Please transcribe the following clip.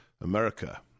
America